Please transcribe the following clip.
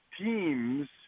teams